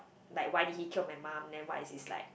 like why did he kill my mum when why is he's like